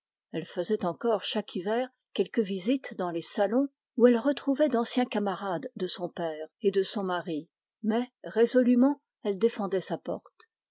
elle faisait encore chaque hiver quelques visites dans les salons où elle retrouvait d'anciens camarades de son père et de son mari chez elle